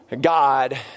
God